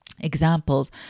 examples